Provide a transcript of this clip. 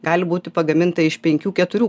gali būti pagaminta iš penkių keturių